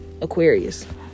Aquarius